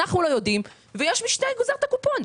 אנחנו לא יודעים ויש מי שגוזר את הקופון.